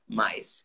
mais